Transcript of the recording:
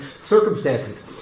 circumstances